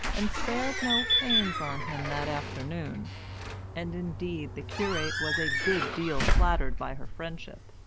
and spared no pains on him that afternoon and indeed the curate was a good deal flattered by her friendship,